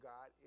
God